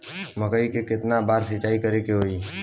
मकई में केतना बार सिंचाई करे के होई?